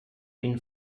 been